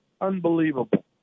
unbelievable